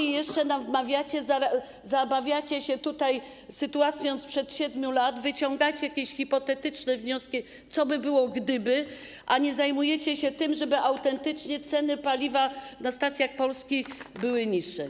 I jeszcze nam wmawiacie, zabawiacie się tutaj sytuacją sprzed 7 lat, wyciągacie jakieś hipotetyczne wnioski, co by było, gdyby... a nie zajmujecie się tym, żeby autentycznie ceny paliwa na stacjach polski były niższe.